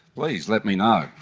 please let me know.